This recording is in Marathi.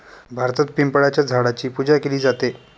भारतात पिंपळाच्या झाडाची पूजा केली जाते